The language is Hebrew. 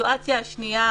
סיטואציה שנייה